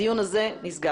הדיון הזה נעול.